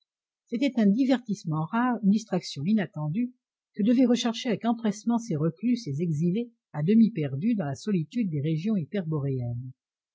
c'était un divertissement rare une distraction inattendue que devaient rechercher avec empressement ces reclus ces exilés à demi perdus dans la solitude des régions